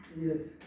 Yes